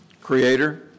Creator